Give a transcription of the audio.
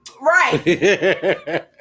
Right